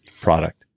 product